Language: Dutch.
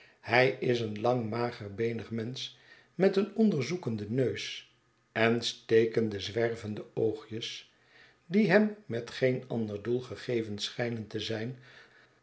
hij is een jang mager beenig mensch met een onderzoekenden neus en stekende zwervende oogjes die hem met geen ander doel gegeven schijnen te zijn